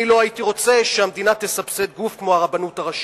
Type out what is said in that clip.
אני לא הייתי רוצה שהמדינה תסבסד גוף כמו הרבנות הראשית.